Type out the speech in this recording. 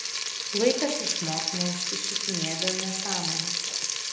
laikas išmokt neužsišikinėt dėl nesąmonių